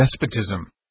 despotism